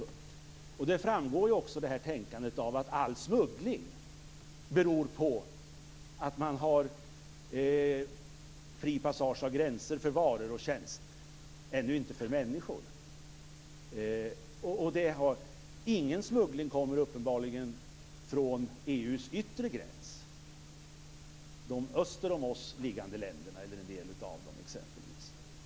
Det här tänkandet framgår ju också av att man säger att all smuggling beror på att passagen över gränserna är fri för varor och tjänster, men ännu inte för människor. Ingen smuggling kommer uppenbarligen från EU:s yttre gräns, exempelvis från en del av de öster om oss liggande länderna.